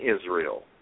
Israel